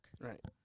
Right